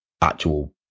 actual